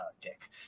dick